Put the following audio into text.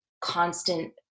constant